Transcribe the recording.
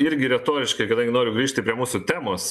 irgi retoriškai noriu grįžti prie mūsų temos